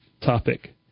topic